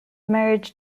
marriage